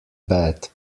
bad